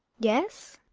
yes?